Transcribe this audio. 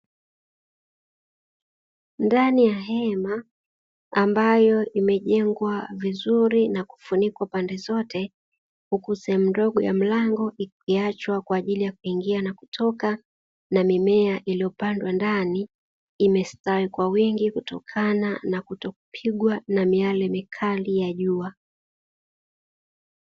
Ndani ya hema ambalo limejengwa vizuri na kufunikwa pande zote, huku sehemu ndogo ya mlango ikiachwa kwa ajili ya kuingia na kutoka, na mimea iliyopandwa ndani imestawi kwa wingi, kutokana na kutokupigwa na miale mikali ya jua.